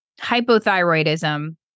hypothyroidism